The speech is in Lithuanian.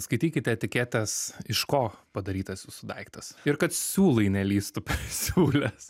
skaitykite etiketes iš ko padarytas jūsų daiktas ir kad siūlai nelįstų per siūles